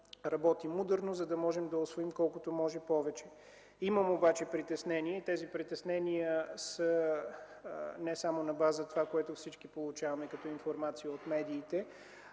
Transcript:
работим ударно, за да можем да усвоим колкото може повече. Имам обаче притеснения и те са не само на база това, което всички получаваме като информация от медиите,